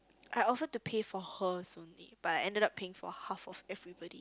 I offered to pay for her's only but I ended up paying for half of everybody